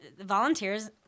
Volunteers